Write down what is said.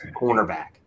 cornerback